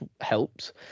helps